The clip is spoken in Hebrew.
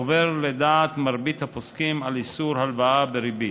עובר לדעת מרבית הפוסקים על איסור הלוואה בריבית.